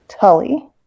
Tully